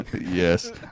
Yes